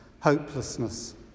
hopelessness